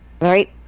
right